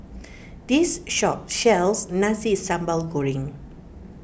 this shop sells Nasi Sambal Goreng